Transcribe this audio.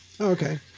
Okay